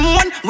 one